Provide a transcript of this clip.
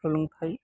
सोलोंथाइ